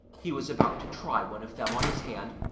he was about to try one of them on his hand,